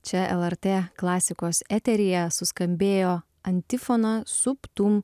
čia lrt klasikos eteryje suskambėjo antifona sup tum